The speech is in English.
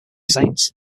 saints